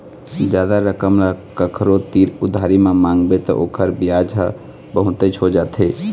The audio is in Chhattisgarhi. जादा रकम ल कखरो तीर उधारी म मांगबे त ओखर बियाज ह बहुतेच हो जाथे